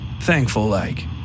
Thankful-like